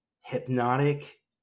hypnotic